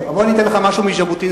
בוא אני אתן לך משהו מז'בוטינסקי,